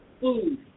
food